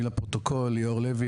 אני ליאור לוי,